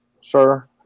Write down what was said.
sir